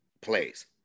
plays